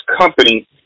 company